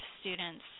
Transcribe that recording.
students